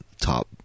top